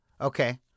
Okay